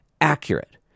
accurate